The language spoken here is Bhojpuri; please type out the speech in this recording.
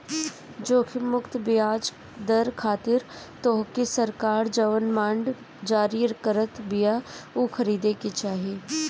जोखिम मुक्त बियाज दर खातिर तोहके सरकार जवन बांड जारी करत बिया उ खरीदे के चाही